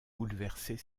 bouleverser